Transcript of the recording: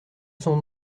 sont